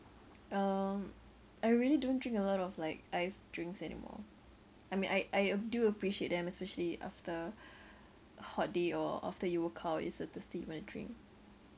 um I really don't drink a lot of like ice drinks anymore I mean I I do appreciate them especially after a hot day or after you work out you're so thirsty you want to drink